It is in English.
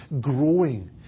growing